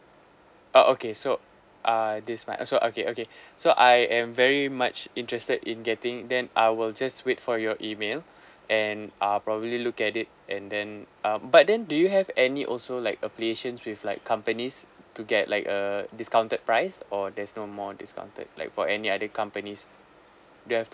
oh okay so uh this might also okay okay so I am very much interested in getting then I will just wait for your email and uh probably look at it and then um but then do you have any also like affiliation with like companies to get like uh discounted price or there's no more discounted like for any other companies do you have